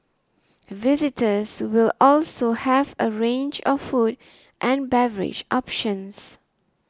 visitors will also have a range of food and beverage options